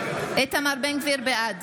גביר, בעד